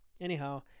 Anyhow